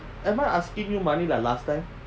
am I asking you money like last time